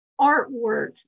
artwork